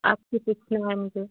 आपसे सीख के हम भी